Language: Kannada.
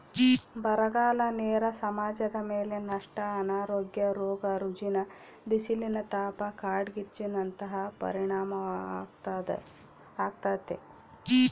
ಬರಗಾಲ ನೇರ ಸಮಾಜದಮೇಲೆ ನಷ್ಟ ಅನಾರೋಗ್ಯ ರೋಗ ರುಜಿನ ಬಿಸಿಲಿನತಾಪ ಕಾಡ್ಗಿಚ್ಚು ನಂತಹ ಪರಿಣಾಮಾಗ್ತತೆ